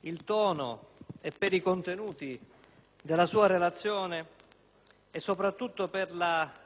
il tono e per i contenuti della sua relazione e soprattutto per l'onestà